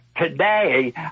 today